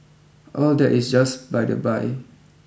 all that is just by the by